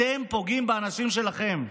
אתם פוגעים באנשים שלכם.